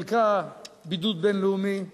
חלקה בידוד בין-לאומי,